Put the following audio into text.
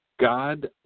God